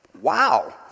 Wow